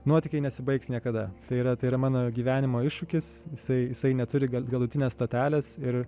nuotykiai nesibaigs niekada tai yra tai yra mano gyvenimo iššūkis jisai jisai neturi galutinės stotelės ir